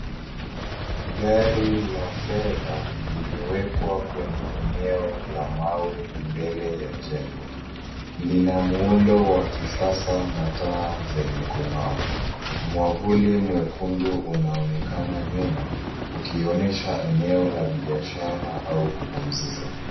Gari la fedha limewekwa kwenye eneo la mawe mbele ya jengo. Lina muundo wa kisasa na taa zenye kung'aa. Mwavuli mwekundu unaonekana nyuma, ukionyesha eneo la biashara au kupumzika.